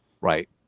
right